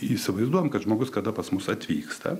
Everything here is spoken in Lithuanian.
įsivaizduojam kad žmogus kada pas mus atvyksta